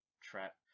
trap